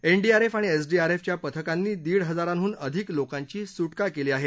NDRF आणि एसआरडीएफच्या पथकांनी दीडहजारांहून अधिक लोकांची सुटका केली आहे